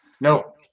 No